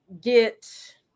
get